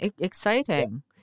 exciting